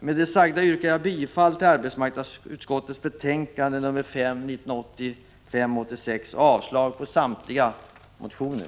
Med det sagda yrkar jag bifall till arbetsmarknadsutskottets betänkande nr 5 och avslag på samtliga motioner.